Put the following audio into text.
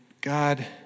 God